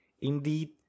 Indeed